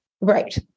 Right